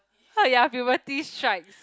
oh ya puberty strikes